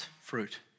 fruit